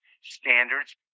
standards